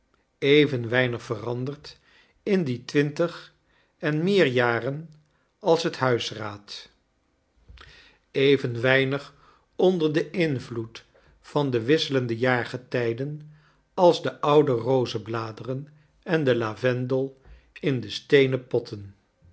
even weinig veranderd in die twintig en meer iaren als het huisraad even weinig onder den invloed van de wisselende jaargetiiden als de oude rozenbladeren en de lavendel in de steenen potten